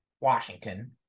Washington